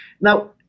Now